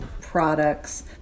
products